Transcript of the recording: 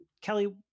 Kelly